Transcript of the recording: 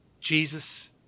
Jesus